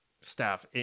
staff